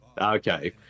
Okay